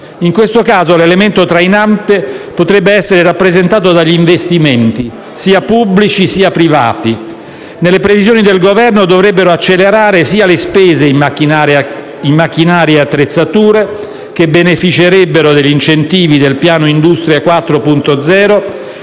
In questo caso, l'elemento trainante potrebbe essere rappresentato dagli investimenti, sia pubblici sia privati. Nelle previsioni del Governo dovrebbero accelerare sia le spese in macchinari e attrezzature, che beneficerebbero degli incentivi del piano Industria 4.0,